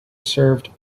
served